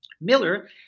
Miller